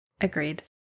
Agreed